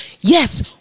yes